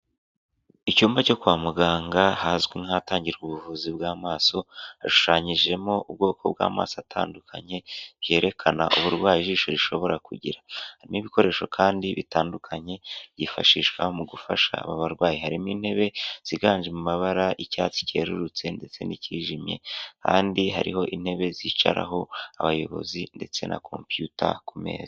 Icyumba cyo kwa muganga hazwi nk'ahatangirwa ubuvuzi bw'amaso, hashushanyijemo ubwoko bw'amaso atandukanye yerekana uburwayi ijisho rishobora kugira, harimo ibikoresho kandi bitandukanye byifashishwa mu gufasha aba barwayi, harimo intebe ziganje mu mabara icyatsi cyerurutse ndetse n'icyijimye kandi hariho intebe zicaraho abayobozi ndetse na kompiyuta ku meza.